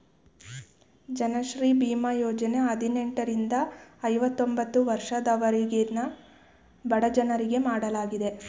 ಜನಶ್ರೀ ಬೀಮಾ ಯೋಜನೆ ಹದಿನೆಂಟರಿಂದ ಐವತೊಂಬತ್ತು ವರ್ಷದವರೆಗಿನ ಬಡಜನರಿಗೆ ಮಾಡಲಾಗಿದೆ